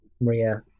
Maria